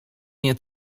nie